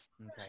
Okay